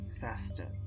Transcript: faster